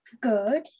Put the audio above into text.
Good